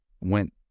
went